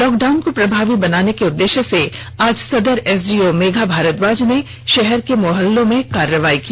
lockdown को प्रभावी बनाने के उद्देश्य से आज सदर एसडीओ मेघा भारद्वाज ने शहर के मोहल्लों में कार्रवाई की